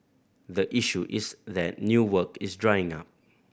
the issue is that new work is drying up